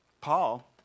Paul